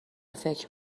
فکر